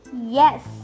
Yes